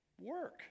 work